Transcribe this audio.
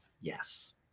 Yes